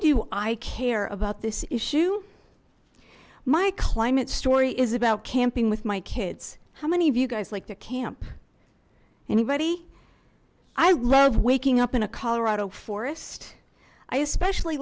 do i care about this issue my climate story is about camping with my kids how many of you guys like the camp anybody i love waking up in a colorado forest i especially